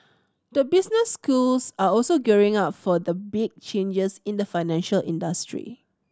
the business schools are also gearing up for the big changes in the financial industry